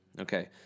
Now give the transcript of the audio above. okay